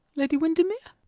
lady windermere?